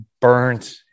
burnt